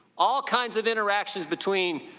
all kinds of interactions between